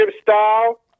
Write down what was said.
style